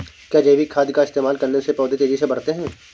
क्या जैविक खाद का इस्तेमाल करने से पौधे तेजी से बढ़ते हैं?